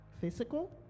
Physical